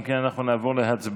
אם כן, אנחנו נעבור להצבעה.